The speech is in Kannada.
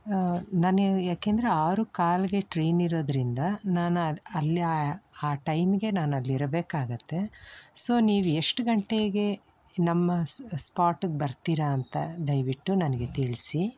ನಾನು ಯಾಕೆಂದರೆ ಆರು ಕಾಲಿಗೆ ಟ್ರೈನ್ ಇರೋದರಿಂದ ನಾನು ಅಲ್ಲಿ ಆ ಟೈಮಿಗೆ ನಾನಲ್ಲಿ ಇರಬೇಕಾಗುತ್ತೆ ಸೋ ನೀವು ಎಷ್ಟು ಗಂಟೆಗೆ ನಮ್ಮ ಸ್ಪಾಟ್ಗೆ ಬರ್ತಾರೆ ಅಂತ ದಯವಿಟ್ಟು ನನಗೆ ತಿಳಿಸಿ